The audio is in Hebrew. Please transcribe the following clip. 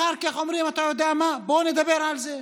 אחר כך אומרים: אתה יודע מה, בואו נדבר על זה,